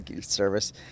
service